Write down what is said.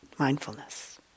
mindfulness